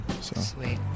Sweet